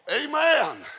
Amen